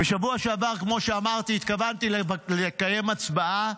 בשבוע שעבר, כמו שאמרתי, התכוונתי לקיים הצבעה,